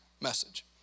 message